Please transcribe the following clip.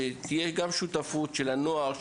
בשיתוף עם הנוער,